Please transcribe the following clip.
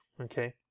okay